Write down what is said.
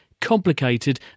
complicated